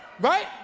Right